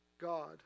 God